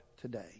today